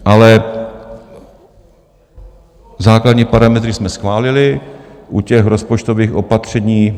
Ale základní parametry jsme schválili u rozpočtových opatření.